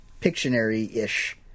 Pictionary-ish